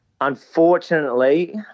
unfortunately